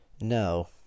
No